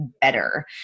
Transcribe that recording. better